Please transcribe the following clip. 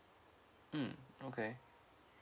mm okay